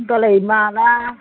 होनबालाय माला